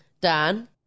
Dan